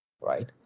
Right